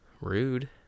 Rude